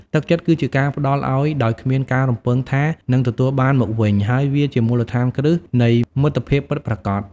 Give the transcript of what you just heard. ទឹកចិត្តគឺជាការផ្តល់ឲ្យដោយគ្មានការរំពឹងថានឹងទទួលបានមកវិញ ហើយវាជាមូលដ្ឋានគ្រឹះនៃមិត្តភាពពិតប្រាកដ។